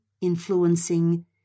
influencing